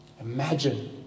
Imagine